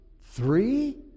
three